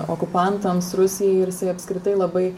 okupantams rusijai ir jisai apskritai labai